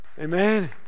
Amen